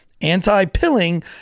anti-pilling